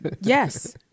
Yes